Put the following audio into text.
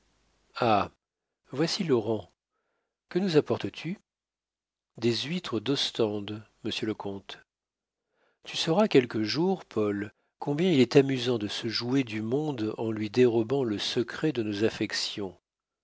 ha voici laurent que nous apportes tu des huîtres d'ostende monsieur le comte tu sauras quelque jour paul combien il est amusant de se jouer du monde en lui dérobant le secret de nos affections